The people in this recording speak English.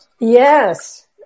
Yes